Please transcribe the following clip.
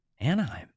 Anaheim